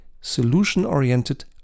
solution-oriented